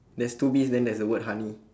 there's two bees then there's the word honey